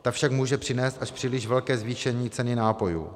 Ta však může přinést až příliš velké zvýšení ceny nápojů.